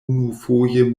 unufoje